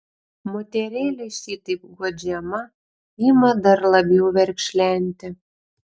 moterėlė šitaip guodžiama ima dar labiau verkšlenti